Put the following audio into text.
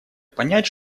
понять